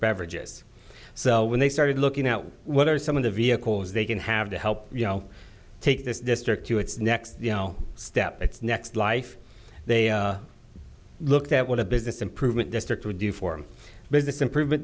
beverages so when they started looking out what are some of the vehicles they can have to help you know take this district to its next step its next life they looked at what a business improvement district would do for business improvement